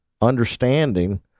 understanding